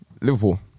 Liverpool